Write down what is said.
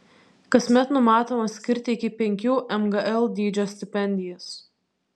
kasmet numatoma skirti iki penkių mgl dydžio stipendijas